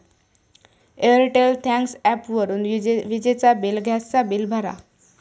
Airtel thanks ॲपवरून विजेचा bill, gas चा बिल भरा